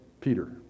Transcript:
Peter